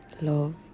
Love